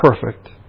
perfect